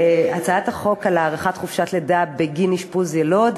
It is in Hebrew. הארכת חופשת לידה בגין אשפוז יילוד.